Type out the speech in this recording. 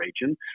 region